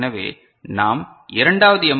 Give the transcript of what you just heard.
எனவே நாம் இரண்டாவது எம்